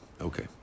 Okay